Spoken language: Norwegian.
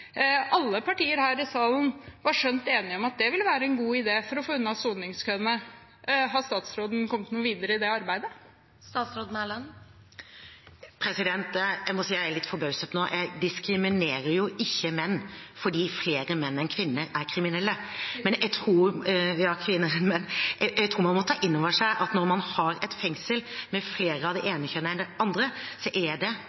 Alle partier her i salen var skjønt enige om at det ville være en god idé for å få unna soningskøene. Har statsråden kommet noe videre i det arbeidet? Jeg må si jeg er litt forbauset nå. Jeg diskriminerer jo ikke kvinner fordi flere menn enn kvinner er kriminelle. Men jeg tror man må ta inn over seg at når man har et fengsel med flere av det ene kjønnet enn det andre, er det